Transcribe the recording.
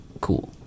cool